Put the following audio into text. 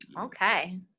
Okay